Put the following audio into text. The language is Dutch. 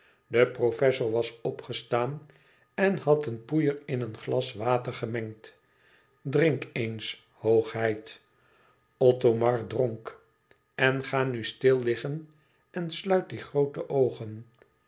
de professor was opgestaan en had een poeier in een glas water gemengd drink eens hoogheid othomar dronk en ga nu stil liggen en sluit die groote oogen